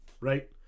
right